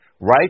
right